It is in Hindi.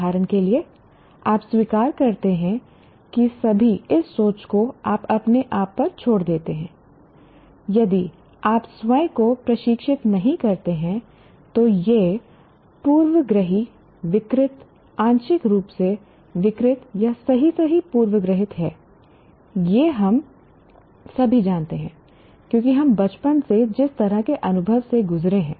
उदाहरण के लिए आप स्वीकार करते हैं कि सभी इस सोच को आप अपने आप पर छोड़ देते हैं यदि आप स्वयं को प्रशिक्षित नहीं करते हैं तो यह पूर्वाग्रही विकृत आंशिक रूप से विकृत या सही सही पूर्वाग्रहित है यह हम सभी जानते हैं क्योंकि हम बचपन से जिस तरह के अनुभवों से गुजरे हैं